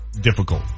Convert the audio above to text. difficult